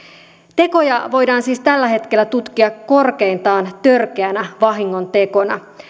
tekoja voidaan siis tällä hetkellä tutkia korkeintaan törkeänä vahingontekona